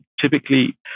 typically